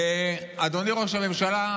אדוני ראש הממשלה,